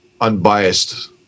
unbiased